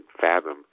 fathom